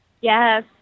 Yes